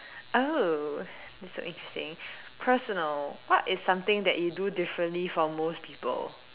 oh this so interesting personal what is something that you do differently from most people